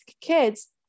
kids